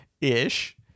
ish